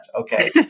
Okay